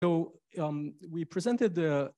so we persented the